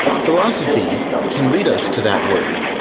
philosophy can lead us to that word,